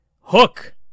Hook